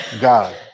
God